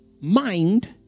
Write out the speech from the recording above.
mind